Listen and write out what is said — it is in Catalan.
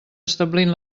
establint